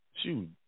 shoot